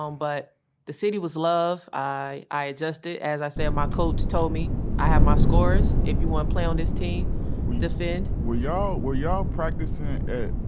um but the city was love. i adjusted. as i said, my coach told me i have my scorers. if you want to play on this team defend. were y'all were y'all practicing at